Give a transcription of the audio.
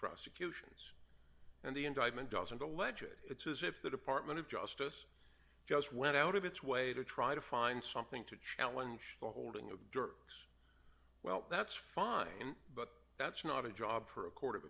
prosecutions and the indictment doesn't a legit it's as if the department of justice just went out of its way to try to find something to challenge the holding of dirk's well that's fine but that's not a job for a court of